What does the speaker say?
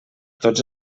tots